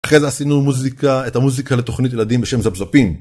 אחרי זה עשינו את המוזיקה לתוכנית ילדים בשם זאפ זאפים